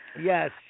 Yes